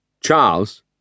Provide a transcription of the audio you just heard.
Charles